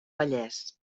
vallès